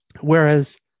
Whereas